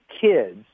kids